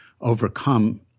overcome